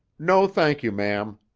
no thank you, ma'am.